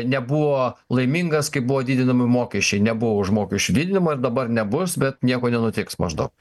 nebuvo laimingas kai buvo didinami mokesčiai nebuvo už mokesčių didinimą ir dabar nebus bet nieko nenutiks maždau